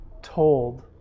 told